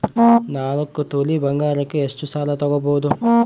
ನಾಲ್ಕು ತೊಲಿ ಬಂಗಾರಕ್ಕೆ ಎಷ್ಟು ಸಾಲ ತಗಬೋದು?